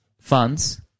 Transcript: funds